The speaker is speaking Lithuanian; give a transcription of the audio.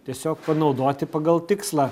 tiesiog panaudoti pagal tikslą